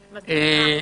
מסכימה.